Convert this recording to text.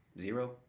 Zero